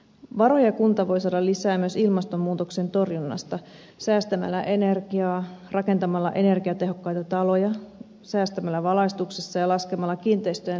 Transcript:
varoja kunta voi saada lisää myös ilmastonmuutoksen torjunnasta säästämällä energiaa rakentamalla energiatehokkaita taloja säästämällä valaistuksessa ja laskemalla kiinteistöjen lämpötiloja